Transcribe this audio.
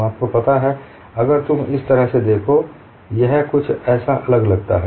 आपको पता है अगर तुम इस तरह से देखो यह ऐसा कुछ अलग लगता है